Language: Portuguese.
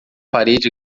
parede